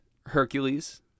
Hercules